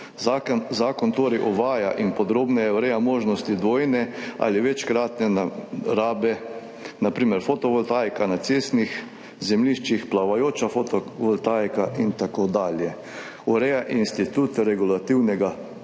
Zakon torej uvaja in podrobneje ureja možnosti dvojne ali večkratne rabe, na primer fotovoltaike na cestnih zemljiščih, plavajoče fotovoltaike in tako dalje. Ureja institut regulativnega peskovnika